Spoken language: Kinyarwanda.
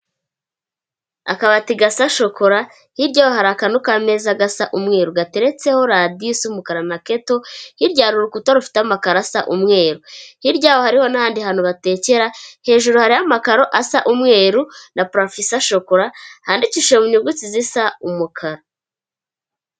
Akabati gasa shokora, hirya yaho hari akantu k'ameza gasa umweru gateretseho radiyo isa umukara na keto, hirya hari urukuta rufite amakaro asa umweru. Hiryaho yaho hariho n'ahandi hantu batekera, hejuru hari amakaro asa umweru na parafo ya shokora, handikishije mu nyuguti zisa umukara.